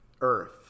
Earth